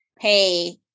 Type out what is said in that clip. pay